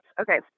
Okay